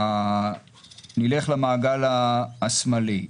נלך למעגל השמאלי,